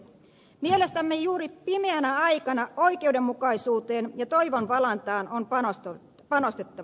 mielestämme juuri pimeänä aikana oikeudenmukaisuuteen ja toivon valantaan on panostettava